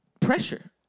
pressure